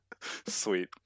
sweet